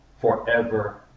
forever